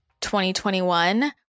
2021